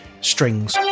strings